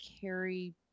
carry